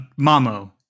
Mamo